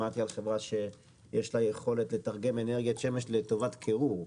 שמעתי על חברה שיש לה יכולת לתרגם אנרגיית שמש לטובת קירור,